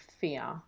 fear